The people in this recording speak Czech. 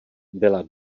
byla